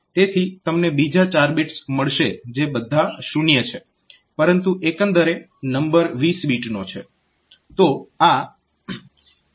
તેથી તમને બીજા 4 બિટ્સ મળશે જે બધા શૂન્ય છે પરંતુ એકંદરે નંબર 20 બીટનો છે